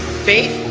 faith,